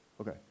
Okay